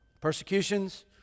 Persecutions